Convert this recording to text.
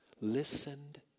listened